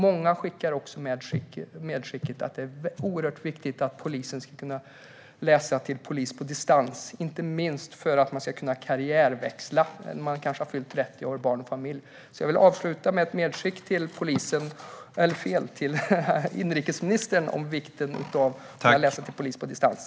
Många gör också medskicket att det är oerhört viktigt att man kan läsa till polis på distans, inte minst för att kunna karriärväxla om man till exempel har fyllt 30 år och har familj och barn. Jag vill därför avsluta med ett medskick till inrikesministern om vikten av att kunna läsa till polis på distans.